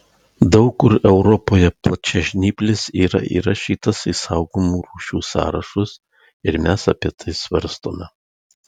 daug kur europoje plačiažnyplis yra įrašytas į saugomų rūšių sąrašus ir mes apie svarstome